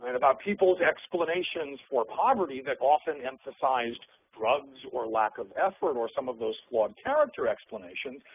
and about people's explanations for poverty that often emphasized drugs or lack of effort or some of those flawed character explanations,